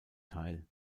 teil